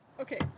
Okay